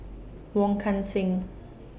Wong Kan Seng